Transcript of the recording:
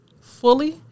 fully